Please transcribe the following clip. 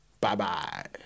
Bye-bye